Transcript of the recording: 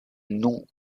nom